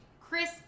Chris